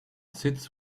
sits